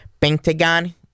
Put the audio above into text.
Pentagon